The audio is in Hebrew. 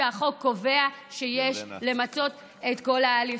שהחוק קובע שיש למצות את כל ההליכים.